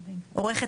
לא על הקו.